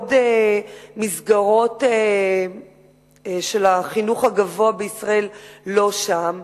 ועוד מסגרות של החינוך הגבוה בישראל לא שם.